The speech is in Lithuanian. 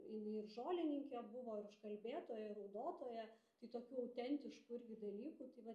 jinai ir žolininkė buvo ir užkalbėtoja ir raudotoja tai tokių autentiškų irgi dalykų tai vat